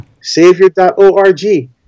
Savior.org